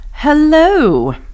Hello